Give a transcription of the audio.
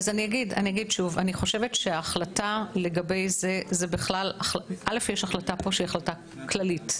אני אגיד שוב, יש החלטה פה שהיא החלטה כללית.